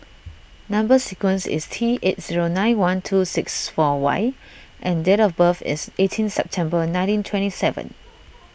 Number Sequence is T eight zero nine one two six four Y and date of birth is eighteen September nineteen twenty seven